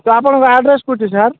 sir ଆପଣଙ୍କର address କୋଉଠି sir